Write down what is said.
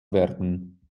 werden